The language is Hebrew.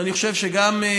ואני חושב שאני,